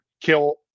kill